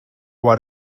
what